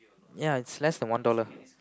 ya is less than one dollar